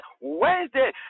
Wednesday